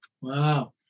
wow